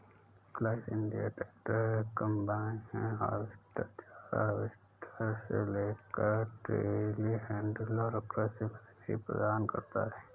class India tractor, combine harvester, चारा harvester से लेकर टेलीहैंडलर कृषि मशीनरी प्रदान करता है